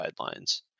guidelines